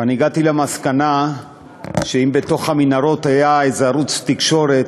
ואני הגעתי למסקנה שאם בתוך המנהרות היה איזה ערוץ תקשורת,